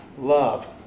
love